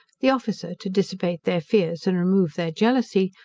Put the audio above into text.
the officer, to dissipate their fears and remove their jealousy,